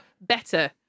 Better